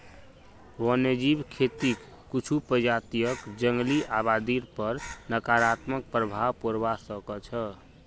वन्यजीव खेतीक कुछू प्रजातियक जंगली आबादीर पर नकारात्मक प्रभाव पोड़वा स ख छ